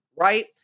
right